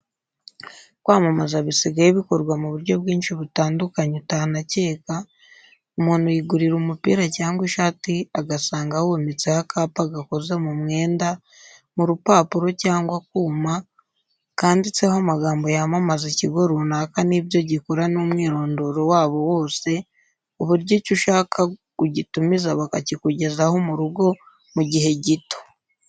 Kwamamaza bisigaye bikorwa mu buryo bwinshi butandukanye, utanakeka, umuntu yigurira umupira cyangwa ishati agasanga wometseho akapa gakoze mu mwenda, mu rupapuro cyangwa akuma, kanditseho amagambo yamamaza ikigo runaka n'ibyo gikora n'umwirondoro wabo wose ku buryo icyo ushaka ugitumiza bakakikugezaho mu rugo, mu gihe gito.